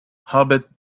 albert